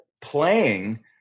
playing